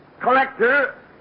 collector